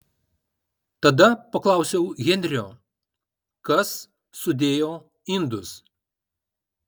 tada paklausiau henrio kas sudėjo indus